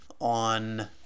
on